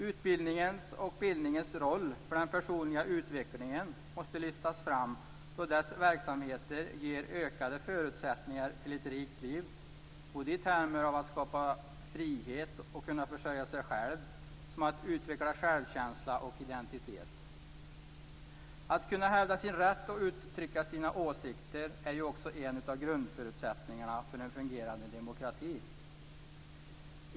Utbildningens och bildningens roll för den personliga utvecklingen måste lyftas fram, då dessa verksamheter ger ökade förutsättningar för ett rikt liv, både i termer av att skapa frihet och kunna försörja sig själv och att utveckla självkänsla och identitet. Att kunna hävda sin rätt och uttrycka sina åsikter är också en av grundförutsättningarna för en fungerande demokrati.